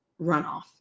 runoff